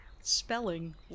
spelling